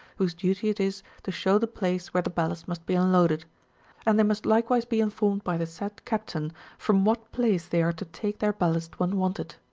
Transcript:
whose duty it is to show the place where the ballast must be unloaded and they must likewise be informed by the said captain from what place they are to take their ballast when wanted.